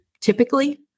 typically